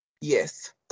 Yes